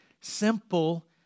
simple